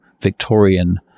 Victorian